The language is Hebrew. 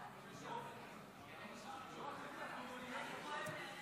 אושרה בקריאה הטרומית ותעבור לדיון בוועדת